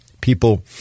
People